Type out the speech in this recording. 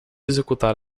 executar